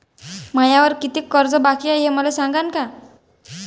मायावर कितीक कर्ज बाकी हाय, हे मले सांगान का?